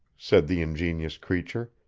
said the ingenuous creature,